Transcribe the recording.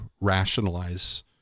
rationalize